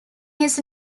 his